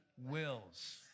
wills